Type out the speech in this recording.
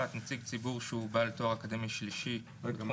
נציג ציבור שהוא בעל תואר אקדמי שלישי לפחות